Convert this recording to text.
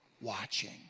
watching